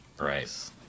right